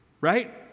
right